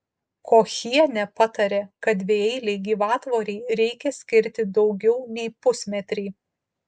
kochienė patarė kad dvieilei gyvatvorei reikia skirti daugiau nei pusmetrį